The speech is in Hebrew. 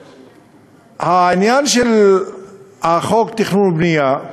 העניין של חוק התכנון והבנייה,